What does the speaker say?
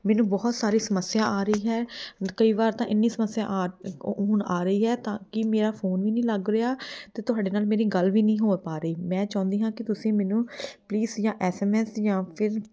ਮੈਨੂੰ ਬਹੁਤ ਸਾਰੀ ਸਮੱਸਿਆ ਆ ਰਹੀ ਹੈ ਕਈ ਵਾਰ ਤਾਂ ਇੰਨੀ ਸਮੱਸਿਆ ਆ ਹੁਣ ਆ ਰਹੀ ਹੈ ਤਾਂ ਕਿ ਮੇਰਾ ਫੋਨ ਵੀ ਨਹੀਂ ਲੱਗ ਰਿਹਾ ਅਤੇ ਤੁਹਾਡੇ ਨਾਲ ਮੇਰੀ ਗੱਲ ਵੀ ਨਹੀਂ ਹੋ ਪਾ ਰਹੀ ਮੈਂ ਚਾਹੁੰਦੀ ਹਾਂ ਕਿ ਤੁਸੀਂ ਮੇਨੂੰ ਪਲੀਜ਼ ਜਾਂ ਐੱਸ ਐੱਮ ਐੱਸ ਜਾਂ ਫਿਰ